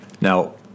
Now